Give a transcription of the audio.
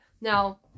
Now